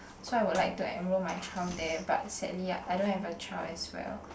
so I would like to enroll my child there but sadly I don't have a child as well